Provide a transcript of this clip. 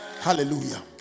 Hallelujah